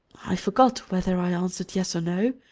i forgot whether i answered yes or no.